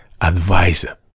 advisor